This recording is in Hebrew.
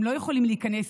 הם לא יכולים להיכנס,